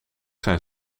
zijn